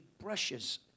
brushes